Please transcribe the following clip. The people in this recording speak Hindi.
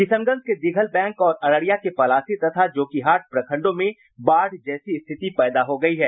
किशनगंज के दिघल बैंक और अररिया के पलासी तथा जोकीहाट प्रखंडों में बाढ़ जैसी स्थिति पैदा हो गयी है